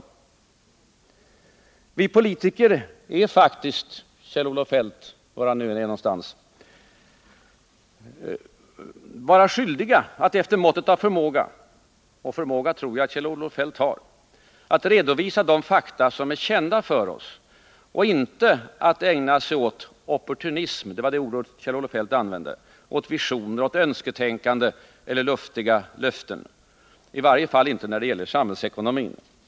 Vi politiker är faktiskt, Kjell-Olof Feldt, skyldiga att efter måttet av förmåga — och förmåga tror jag att Kjell-Olof Feldt har — redovisa de fakta som är kända för oss. Vi skall inte ägna oss åt opportunism — ett ord som användes av Kjell-Olof Feldt — önsketänkande eller luftiga löften, i varje fall inte när det gäller samhällsekonomin.